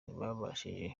ntibabashije